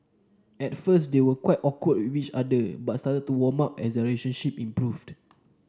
at first they were quite awkward with each other but started to warm up as their relationship improved